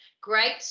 Great